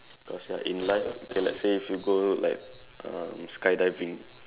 cause ya in life okay let's say if you go like um skydiving